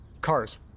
Cars